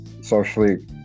socially